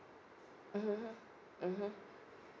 mmhmm hmm mmhmm